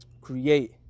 Create